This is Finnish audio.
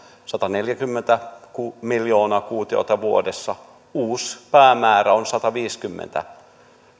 sataneljäkymmentä miljoonaa kuutiota vuodessa uusi päämäärä on sataviisikymmentä